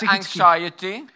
anxiety